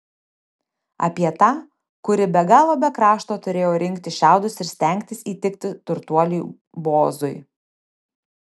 apie tą kuri be galo be krašto turėjo rinkti šiaudus ir stengtis įtikti turtuoliui boozui